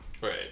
Right